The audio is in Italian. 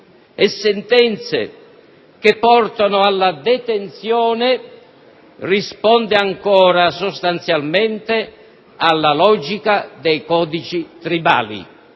e sentenze che portano alla detenzione risponde ancora, sostanzialmente, alla logica dei codici tribali,